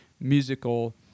musical